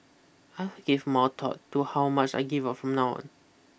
I will give more thought to how much I give out from now